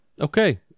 Okay